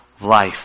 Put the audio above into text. life